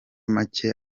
make